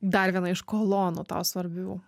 dar viena iš kolonų tau svarbių